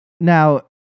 now